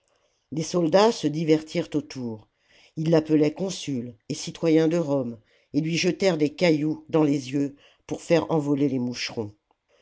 les soldats se divertirent autour ils l'appelaient consul et citoyen de rome et lui jetèrent des cailloux dans les jeux pour faire envoler les moucherons